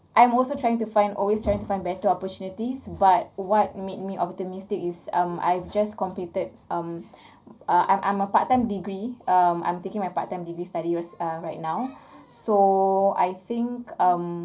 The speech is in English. I'm also trying to find always trying to find better opportunities but what made me optimistic is um I've just completed um I'm I'm a part time degree um I'm taking my part time degree studies ah right now so I think um